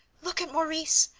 look at maurice!